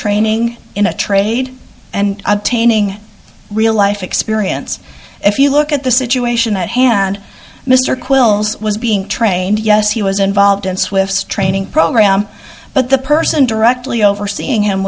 training in a trade and obtaining real life experience if you look at the situation at hand mr quills was being trained yes he was involved in swift's training program but the person directly overseeing him